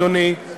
אדוני,